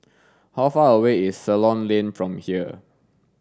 how far away is Ceylon Lane from here